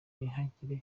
ntihagire